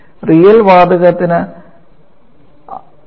real വാതകത്തിന് അവ താപനിലയുടെയും മർദ്ദത്തിന്റെയും പ്രവർത്തനങ്ങളാണ്